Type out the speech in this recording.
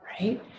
Right